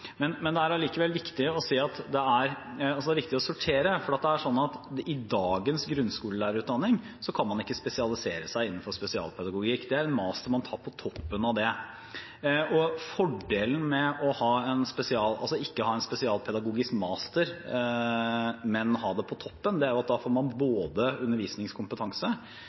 Det er allikevel viktig å sortere, for i dagens grunnskolelærerutdanning kan man ikke spesialisere seg innenfor spesialpedagogikk – det er en master man tar på toppen av det. Fordelen med ikke å ha en spesialpedagogisk master, men ha det på toppen, er at da får man både full undervisningskompetanse